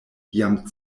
jam